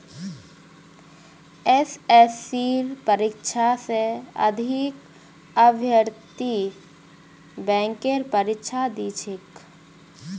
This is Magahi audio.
एसएससीर परीक्षा स अधिक अभ्यर्थी बैंकेर परीक्षा दी छेक